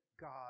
God